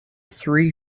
three